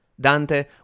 Dante